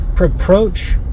approach